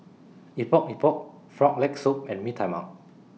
Epok Epok Frog Leg Soup and Mee Tai Mak